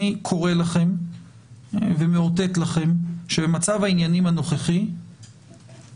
אני קורא לכם ומאותת לכם שבמצב העניינים הנוכחי אין